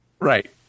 Right